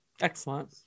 excellent